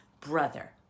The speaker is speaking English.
brother